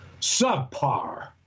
subpar